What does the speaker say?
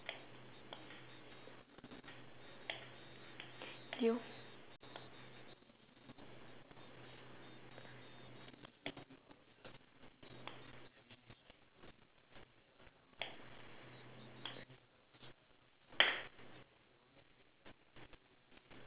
you